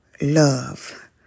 love